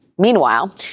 Meanwhile